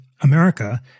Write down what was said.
America